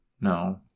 No